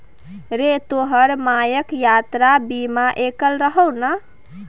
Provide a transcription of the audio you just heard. रे तोहर भायक यात्रा बीमा कएल रहौ ने?